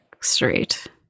straight